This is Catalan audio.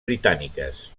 britàniques